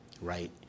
right